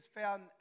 found